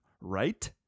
Right